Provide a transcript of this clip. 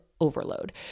overload